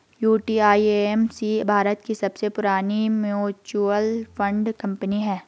UTI AMC Bharat की सबसे पुरानी म्यूचुअल फंड कंपनी है